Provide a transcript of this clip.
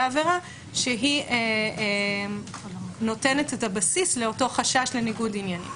עבירה שהיא נותנת את הבסיס לאותו חשש לניגוד עניינים.